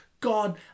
God